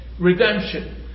redemption